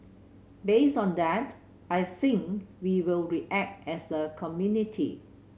based on that I think we will react as a community